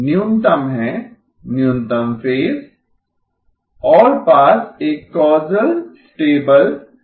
न्यूनतम है न्यूनतम फेज ऑलपास एक कौसल स्टेबल ऑलपास है